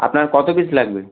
আপনার কত পিস লাগবে